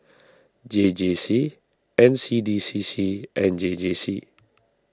J J C N C D C C and J J C